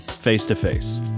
face-to-face